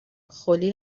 خلی